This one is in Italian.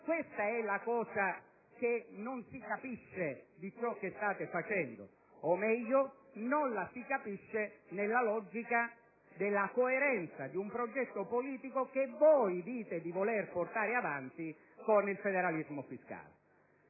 Questa è la cosa che non si capisce di ciò che state facendo, o meglio non la si capisce nella logica della coerenza di un progetto politico che dite di voler portare avanti con il federalismo fiscale.